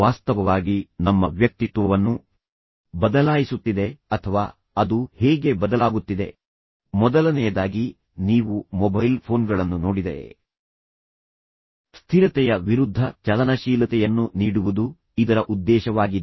ವಾಸ್ತವವಾಗಿ ನಮ್ಮ ವ್ಯಕ್ತಿತ್ವವನ್ನು ಬದಲಾಯಿಸುತ್ತಿದೆ ಅಥವಾ ಅದು ಹೇಗೆ ಬದಲಾಗುತ್ತಿದೆ ಮೊದಲನೆಯದಾಗಿ ನೀವು ಮೊಬೈಲ್ ಫೋನ್ಗಳನ್ನು ನೋಡಿದರೆ ಸ್ಥಿರತೆಯ ವಿರುದ್ಧ ಚಲನಶೀಲತೆಯನ್ನು ನೀಡುವುದು ಇದರ ಉದ್ದೇಶವಾಗಿದೆ